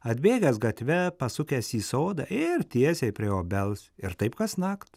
atbėgęs gatve pasukęs į sodą ir tiesiai prie obels ir taip kasnakt